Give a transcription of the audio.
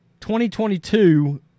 2022